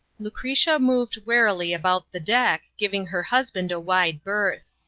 lucretia moved warily about the deck, giving her husband a wide berth.